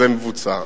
וזה מבוצע.